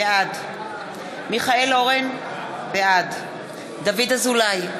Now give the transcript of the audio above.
בעד מיכאל אורן, בעד דוד אזולאי,